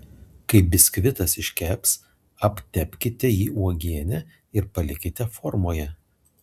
kai biskvitas iškeps aptepkite jį uogiene ir palikite formoje